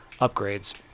upgrades